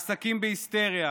העסקים בהיסטריה,